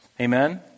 Amen